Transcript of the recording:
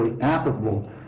applicable